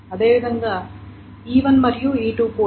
అదేవిధంగా E1 మరియు E2 కూడా